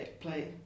play